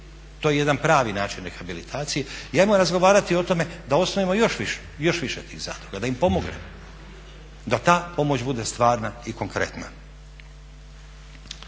To je jedan pravi način rehabilitacije i hajmo razgovarati o tome da osnujemo još više tih zadruga, da im pomognemo, da ta pomoć bude stvarna i konkretna.